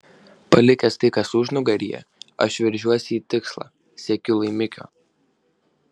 palikęs tai kas užnugaryje aš veržiuosi į tikslą siekiu laimikio